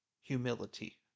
humility